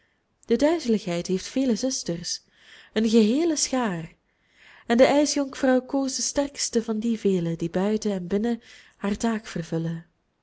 de duizeligheid heeft vele zusters een geheele schaar en de ijsjonkvrouw koos de sterkste van die velen die buiten en binnen haar taak vervullen